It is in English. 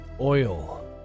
Oil